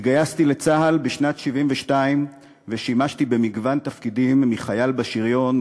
התגייסתי לצה"ל בשנת 1972 ושימשתי במגוון תפקידים: מחייל בשריון,